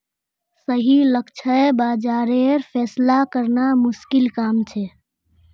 सही लक्ष्य बाज़ारेर फैसला करना मुश्किल काम छे